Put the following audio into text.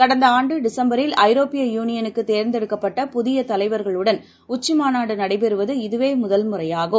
கடந்தஆண்டு டிசம்பரில் ஐரோப்பிய யூனியனுக்குத் தேர்ந்தெடுக்கப்பட்ட புதியதலைவர்களுடன் உச்சிமாநாடுநடைபெறுவது இதுவேமுதல் முறையாகும்